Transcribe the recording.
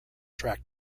track